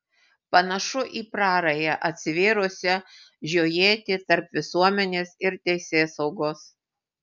panašu į prarają atsivėrusią žiojėti tarp visuomenės ir teisėsaugos